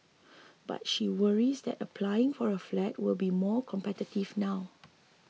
but she worries that applying for a flat will be more competitive now